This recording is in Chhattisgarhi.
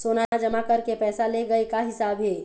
सोना जमा करके पैसा ले गए का हिसाब हे?